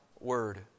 word